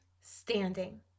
standing